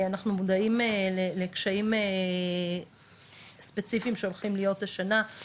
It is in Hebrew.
אנחנו מודעים לקשיים ספציפיים שהולכים להיות השנה,